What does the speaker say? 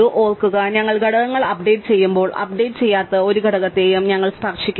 ഓർക്കുക ഞങ്ങൾ ഘടകങ്ങൾ അപ്ഡേറ്റ് ചെയ്യുമ്പോൾ അപ്ഡേറ്റ് ചെയ്യാത്ത ഒരു ഘടകത്തെയും ഞങ്ങൾ സ്പർശിക്കില്ല